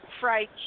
fried